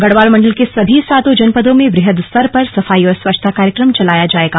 गढ़वाल मंडल के सभी सातों जनपदों में वृहद स्तर पर सफाई और स्वच्छता कार्यक्रम चलाया जाएगा